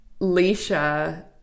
Leisha